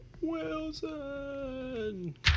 Wilson